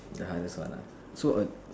ya just one lah so um